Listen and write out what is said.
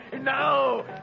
No